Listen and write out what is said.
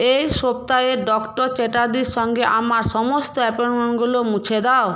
এই সপ্তাহেই ডক্টর চ্যাটার্জির সঙ্গে আমার সমস্ত অ্যাপয়েন্টমেন্টগুলো মুছে দাও